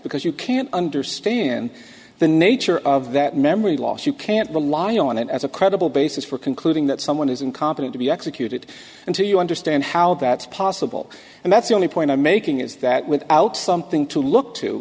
because you can't understand the nature of that memory loss you can't rely on it as a credible basis for concluding that someone is incompetent to be executed and so you understand how that's possible and that's the only point i'm making is that without something to look to